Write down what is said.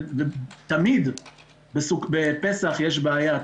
ותמיד בפסח יש בעיה.